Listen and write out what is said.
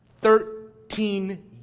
Thirteen